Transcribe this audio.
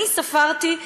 אני ספרתי,